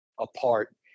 apart